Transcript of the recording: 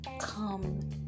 come